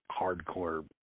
hardcore